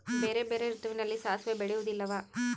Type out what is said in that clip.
ಬೇರೆ ಬೇರೆ ಋತುವಿನಲ್ಲಿ ಸಾಸಿವೆ ಬೆಳೆಯುವುದಿಲ್ಲವಾ?